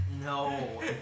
No